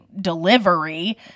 delivery